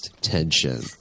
tension